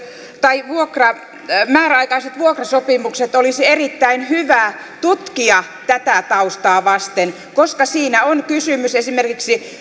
tai määräaikaiset vuokrasopimukset olisi erittäin hyvä tutkia tätä taustaa vasten koska siinä on kysymys esimerkiksi